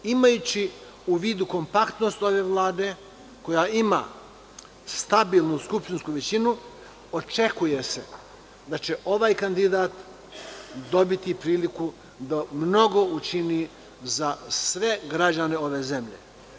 Imajući u vidu kompaktnost ove Vlade koja ima stabilnu skupštinsku većinu očekuje se da će ovaj kandidat dobiti priliku da mnogo učini za sve građane ove zemlje.